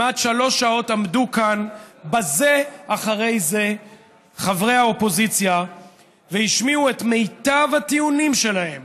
עמדו כאן בזה אחר זה חברי האופוזיציה והשמיעו את מיטב הטיעונים שלהם